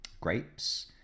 grapes